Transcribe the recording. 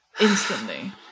instantly